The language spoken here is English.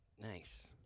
Nice